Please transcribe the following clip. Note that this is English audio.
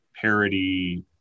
parody